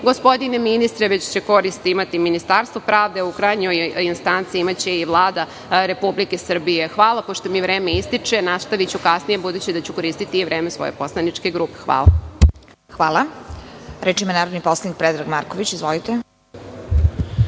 gospodine ministre, već će korist imati Ministarstvo pravde, a u krajnjoj instanci imaće je i Vlada Republike Srbije. Hvala, pošto mi vreme ističe, nastaviću kasnije pošto ću koristiti i vreme svoje poslaničke grupe. **Vesna Kovač** Reč ima narodni poslanik Predrag Marković.